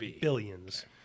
billions